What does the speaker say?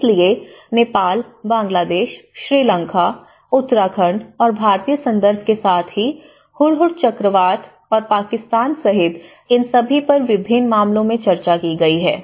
इसलिए नेपाल बांग्लादेश श्रीलंका उत्तराखंड और भारतीय संदर्भ के साथ ही हुदहुद चक्रवात और पाकिस्तान सहित इन सभी पर विभिन्न मामलों में चर्चा की गई है